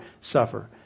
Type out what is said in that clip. suffer